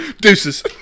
Deuces